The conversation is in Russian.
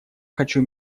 хочу